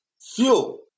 fuel